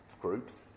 groups